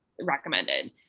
recommended